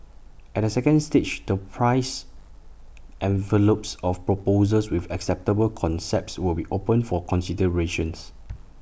at the second stage the price envelopes of proposals with acceptable concepts will be opened for considerations